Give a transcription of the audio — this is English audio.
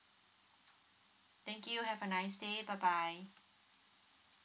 thank you have a nice day bye bye